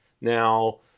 Now